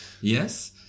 Yes